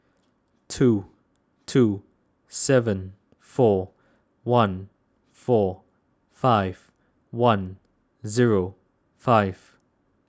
two two seven four one four five one zero five